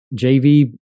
JV